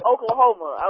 Oklahoma